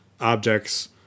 objects